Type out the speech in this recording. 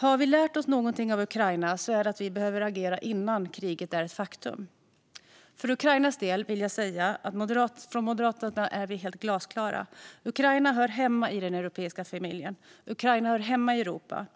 Har vi lärt oss någonting av Ukraina så är det att vi behöver agera innan kriget är ett faktum. När det gäller Ukraina vill jag säga att vi från Moderaterna är glasklara. Ukraina hör hemma i den europeiska familjen. Ukraina hör hemma i Europa.